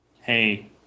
hey